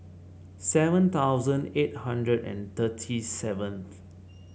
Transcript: seven thousand eight hundred and thirty seventh